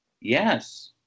yes